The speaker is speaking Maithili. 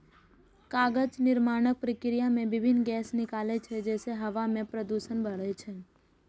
कागज निर्माणक प्रक्रिया मे विभिन्न गैस निकलै छै, जइसे हवा मे प्रदूषण बढ़ै छै